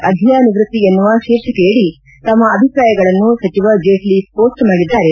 ಅಧಿಯಾ ನಿವೃತ್ತಿ ಎನ್ನುವ ಶೀರ್ಷಿಕೆಯಡಿ ತಮ್ ಅಭಿಪ್ರಾಯಗಳನ್ನು ಸಚಿವ ಜೇಟ್ನ ಮೋಸ್ನ್ ಮಾಡಿದ್ದಾರೆ